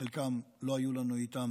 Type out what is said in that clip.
שבחלקן לא היו לנו איתן